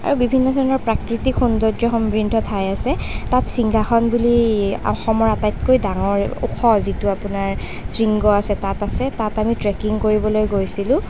আৰু বিভিন্ন ধৰণৰ প্ৰাকৃতিক সৌন্দৰ্য্য সমৃদ্ধ ঠাই আছে তাত সিংহাসন বুলি অসমৰ আটাইতকৈ ডাঙৰ ওখ যিটো আপোনাৰ শৃংগ আছে তাত আছে তাত আমি ট্ৰেকিং কৰিবলৈ গৈছিলোঁ